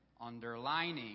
underlining